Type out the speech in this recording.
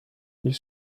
ils